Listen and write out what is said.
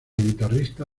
guitarrista